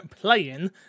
playing